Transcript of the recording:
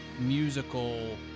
musical